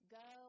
go